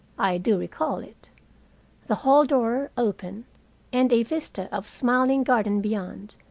i do recall it the hall door open and a vista of smiling garden beyond,